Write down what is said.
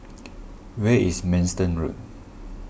where is Manston Road